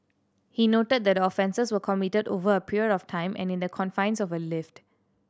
he noted that the offences were committed over a period of time and in the confines of a lift